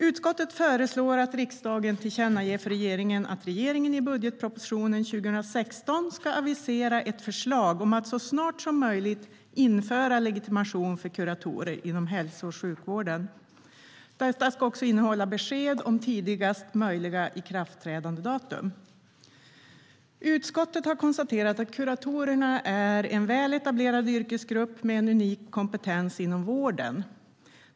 Utskottet föreslår att riksdagen tillkännager för regeringen att den i budgetpropositionen för 2016 ska avisera ett förslag om att så snart som möjligt införa legitimation för kuratorer inom hälso och sjukvården. Detta ska också innehålla besked om tidigast möjliga datum för ikraftträdande. Utskottet har konstaterat att kuratorerna är en väl etablerad yrkesgrupp med en unik kompetens inom vården.